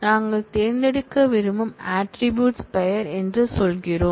நாங்கள் தேர்ந்தெடுக்க விரும்பும் ஆட்ரிபூட்ஸ் பெயர் என்று சொல்கிறோம்